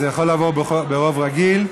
זה יכול לעבור ברוב רגיל.